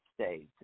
States